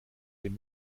dem